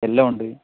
yellow ഉണ്ട്